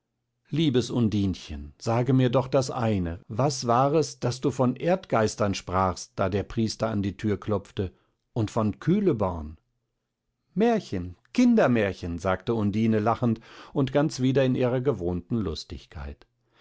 liebes undinchen sage mir doch das eine was war es daß du von erdgeistern sprachst da der priester an die tür klopfte und von kühleborn märchen kindermärchen sagte undine lachend und ganz wieder in ihrer gewohnten lustigkeit